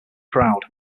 proud